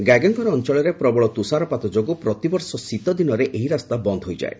ଗାଗେଙ୍ଗର ଅଞ୍ଚଳରେ ପ୍ରବଳ ତୁଷାରପାତ ଯୋଗୁଁ ପ୍ରତିବର୍ଷ ଶୀତ ଦିନରେ ଏହି ରାସ୍ତା ବନ୍ଦ ହୋଇଯାଏ